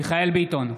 מיכאל מרדכי ביטון,